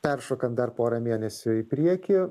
peršokant dar porą mėnesių į priekį